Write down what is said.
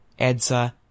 EDSA